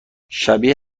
شبیه